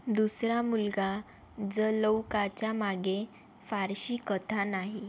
दुसरा मुलगा जलौकाच्या मागे फारशी कथा नाही